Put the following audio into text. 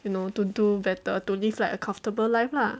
you know to do better to live like a comfortable life lah